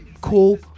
cool